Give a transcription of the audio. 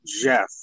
Jeff